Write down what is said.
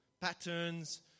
patterns